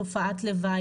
תופעת לוואי,